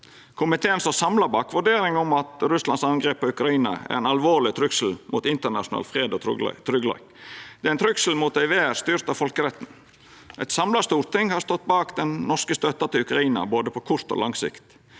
Komiteen står samla bak vurderinga om at Russ lands angrep på Ukraina er ein alvorleg trugsel mot internasjonal fred og tryggleik. Det er ein trugsel mot ei verd styrt av folkeretten. Eit samla storting har stått bak den norske støtta til Ukraina, både på kort og på lang sikt.